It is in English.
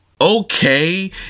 okay